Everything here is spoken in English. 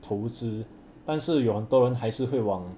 投资但是有很多人还是会往